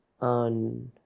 on